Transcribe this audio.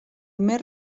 més